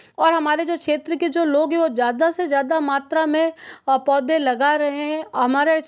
और हमारे जो क्षेत्र के जो लोग हैं वो ज़्यादा से ज़्यादा मात्रा में पौधे लगा रहे हैं हमारे